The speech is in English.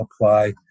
apply